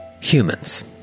humans